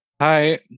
Hi